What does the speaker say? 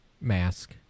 mask